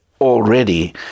already